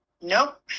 Nope